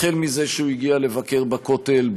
החל בזה שהוא הגיע לבקר בכותל,